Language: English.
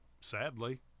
sadly